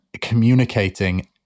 communicating